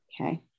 Okay